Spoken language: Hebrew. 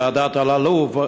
ועדת אלאלוף,